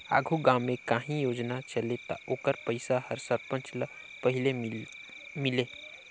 आघु गाँव में काहीं योजना चले ता ओकर पइसा हर सरपंच ल पहिले मिले